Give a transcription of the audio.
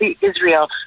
Israel